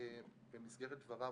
במסגרת דבריו,